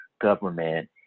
government